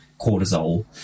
cortisol